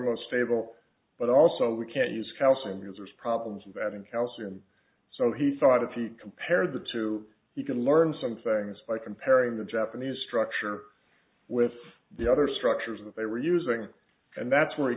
thermo stable but also we can't use calcium users problems and that in calcium so he thought if you compare the two you can learn some things by comparing the japanese structure with the other structures that they were using and that's where